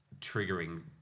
triggering